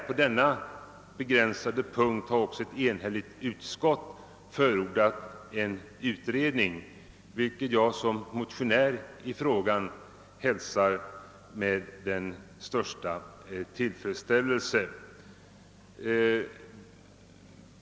På denna punkt har också ett enhälligt utskott förordat en utredning, vilket jag som motionär i frågan hälsar med största tillfredsställelse.